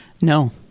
No